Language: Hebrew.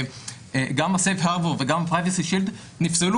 גם Safr Harbor וגם ה- Privacy Shield נפסלו